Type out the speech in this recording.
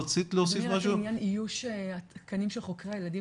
גם לעניין איוש התקנים של חוקרי הילדים